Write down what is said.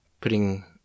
putting